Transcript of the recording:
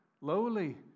lowly